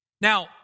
Now